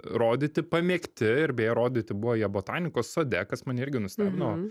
rodyti pamėgti ir beje rodyti buvo jie botanikos sode kas mane irgi nustebino